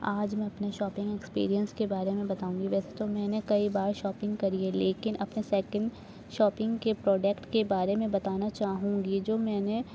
آج میں اپنے شاپنگ ایکسپریئنس کے بارے میں بتاؤں گی ویسے تو میں نے کئی بار شاپنگ کری ہے لیکن اپنے سیکنڈ شاپنگ کے پروڈکٹ کے بارے میں بتانا چاہوں گی جو میں نے